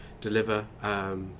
deliver